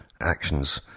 actions